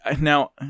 Now